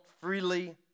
freely